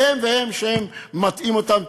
והם מטעים אותם.